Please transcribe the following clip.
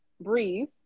breathe